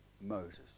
Moses